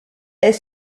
est